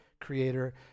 creator